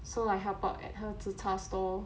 so I help out at her zi char store